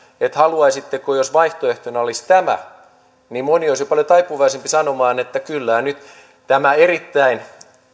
että haluaisitteko jos vaihtoehtona olisi tämä niin moni olisi jo paljon taipuvaisempi sanomaan että kyllä nyt kun oli esimerkiksi tämä kysely erittäin